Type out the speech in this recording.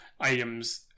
items